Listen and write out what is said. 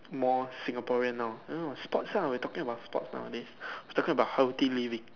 more Singaporean now you know sports ah we talking about sports lah eh we talking about healthy living